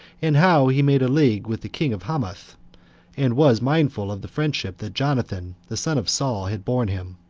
and how he made a league with the king of hamath and was mindful of the friendship that jonathan, the son of saul, had borne him.